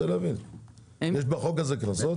יש בחוק הזה קנסות?